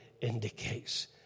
indicates